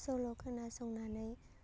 सल' खोनासंनानै